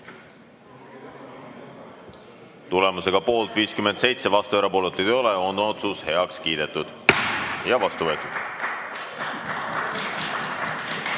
Tulemusega poolt 57, vastuolijaid ega erapooletuid ei ole, on otsus heaks kiidetud ja vastu võetud.